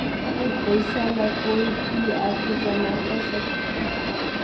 ऋण पईसा ला कोई भी आके जमा कर सकथे?